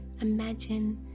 imagine